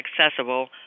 accessible